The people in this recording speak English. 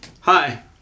Hi